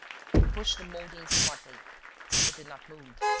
he pushed the moulding smartly it did not move.